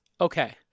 Okay